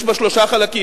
יש בה שלושה חלקים.